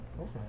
Okay